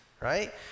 right